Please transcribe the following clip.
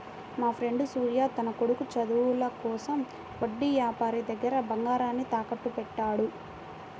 మాఫ్రెండు సూర్య తన కొడుకు చదువుల కోసం వడ్డీ యాపారి దగ్గర బంగారాన్ని తాకట్టుబెట్టాడు